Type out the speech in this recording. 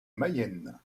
mayenne